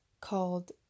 called